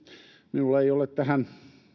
minulla ei ole tähän